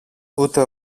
ούτε